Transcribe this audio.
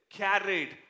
carried